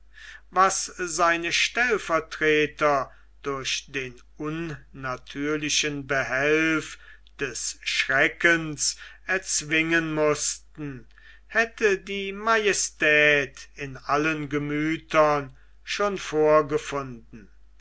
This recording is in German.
was seine stellvertreter durch den unnatürlichen behelf des schreckens erzwingen mußten hätte die majestät in allen gemüthern schon vorgefunden